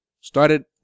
Started